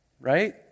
Right